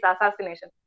assassination